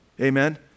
Amen